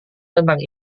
tentang